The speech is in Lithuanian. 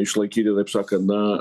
išlaikyti taip sakant na